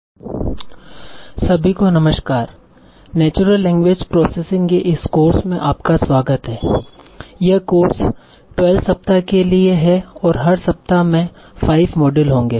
natural language processing prof Pawan Goyal department of computer science and engineering Indian institute of technology Kharagpur lecture 01 course का परिचय सभी को नमस्कार natural language processing के इस कोर्स में आपका स्वागत है यह कोर्स 12 सप्ताह के लिए हैं और हर सप्ताह में 5 मॉड्यूल होंगे